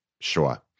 Sure